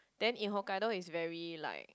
then in Hokkaido it's very like